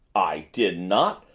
i did not!